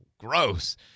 gross